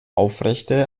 aufrechte